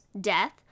death